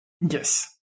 Yes